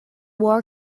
war